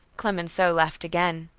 clemenceau laughed again.